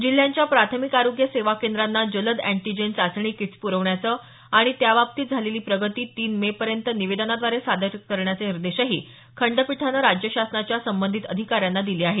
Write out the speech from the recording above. जिल्ह्यांच्या प्राथमिक आरोग्य सेवा केंद्रांना जलद अँटीजेन चाचणी किट्स पुरवण्याचं आणि त्याबाबतीत झालेली प्रगती तीन मेपर्यंत निवेदनाद्वारे सादर करण्याचे निर्देश खंडपीठानं राज्य शासनाच्या संबंधित अधिकाऱ्यांना दिले आहेत